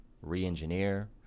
re-engineer